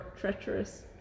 Treacherous